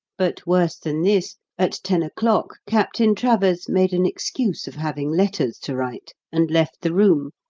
but worse than this, at ten o'clock captain travers made an excuse of having letters to write, and left the room,